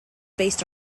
based